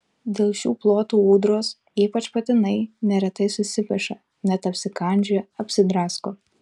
dėl šių plotų ūdros ypač patinai neretai susipeša net apsikandžioja apsidrasko